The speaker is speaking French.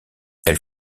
elle